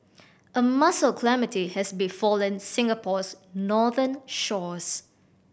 a mussel calamity has befallen Singapore's northern shores